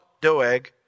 Doeg